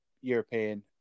European